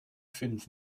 fünf